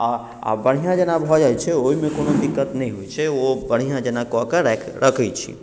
आ बढ़िऑं जेकाॅं भऽ जाइ छै ओहिमे कोनो दिक्कत नहि होइ छै ओ बढ़िऑं जेना कऽ के रखै छी